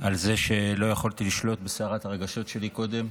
על זה שלא יכולתי לשלוט בסערת הרגשות שלי קודם.